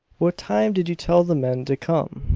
what time did you tell the men to come?